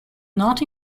not